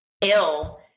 ill